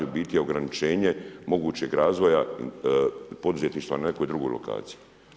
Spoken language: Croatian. U biti ograničenje mogućeg razvoja poduzetništva na nekoj drugoj lokaciji.